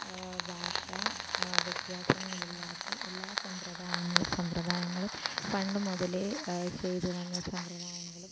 ഭാഷ വ്യത്യാസങ്ങൾ ഇല്ലാതെ എല്ലാ സമ്പ്രദായങ്ങളും സമ്പ്രദായങ്ങളും പണ്ടുമുതലേ ചെയ്തുവന്ന സമ്പ്രദായങ്ങളും